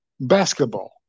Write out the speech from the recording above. basketball